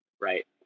right